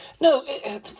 No